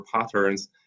patterns